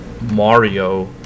Mario